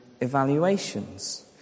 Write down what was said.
evaluations